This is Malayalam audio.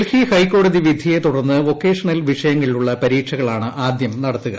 ഡെൽഹി ഹൈക്കോടതി വിധിയെ തുടർന്ന് വൊക്കേഷണൽ വിഷയങ്ങളിലുള്ള പരീക്ഷകളാണ് ആദ്യം നടത്തുക